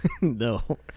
No